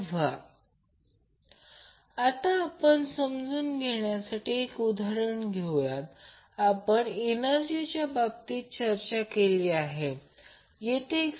तर आता एक उदाहरण घ्या समान उदाहरण 2 फक्त पहा